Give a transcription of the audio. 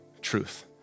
truth